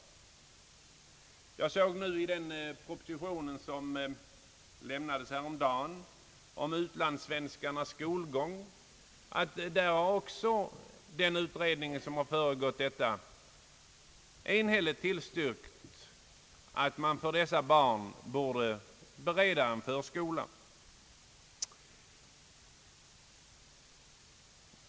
Jag såg i den proposition som häromdagen framlades beträffande de utlandssvenska barnens skolgång, att den utredning som föregick det förslaget hade enhälligt tillstyrkt inrättande av förskola för dessa barn. Herr talman!